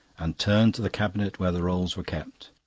and turned to the cabinet where the rolls were kept.